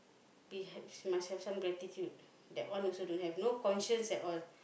be have must have some gratitude that one also don't have no conscience at all